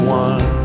one